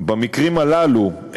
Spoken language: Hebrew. במקרים הללו,